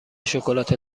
شکلات